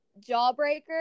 Jawbreaker